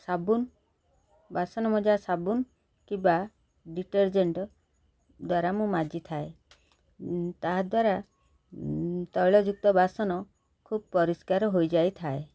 ସାବୁନ୍ ବାସନ ମଜା ସାବୁନ୍ କିମ୍ବା ଡିଟର୍ଜେଣ୍ଟ ଦ୍ୱାରା ମୁଁ ମାଜିଥାଏ ତାହାଦ୍ୱାରା ତୈଳଯୁକ୍ତ ବାସନ ଖୁବ୍ ପରିଷ୍କାର ହୋଇଯାଇଥାଏ